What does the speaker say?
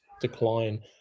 decline